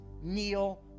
kneel